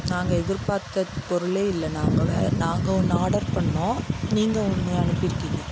நாங்கள் எதிர்பார்த்த பொருளே இல்லை நாங்கள் வேறு நாங்கள் ஒன்று ஆடர் பண்ணோம் நீங்கள் ஒன்று அனுப்பியிருக்கீங்க